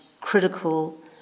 critical